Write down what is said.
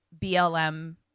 BLM